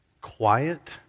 quiet